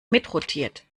mitrotiert